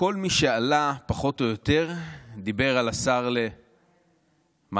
כל מי שעלה פחות או יותר דיבר על השר, מה?